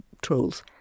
trolls